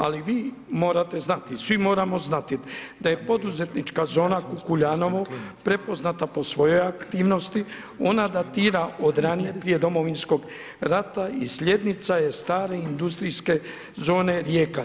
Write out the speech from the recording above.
Ali vi morate znati i svi moramo znati da je poduzetnička zona Kukuljanovo prepoznata po svojoj aktivnosti, ona datira od ranije prije Domovinskog rata i slijednica je stare industrijske zone Rijeka.